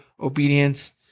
obedience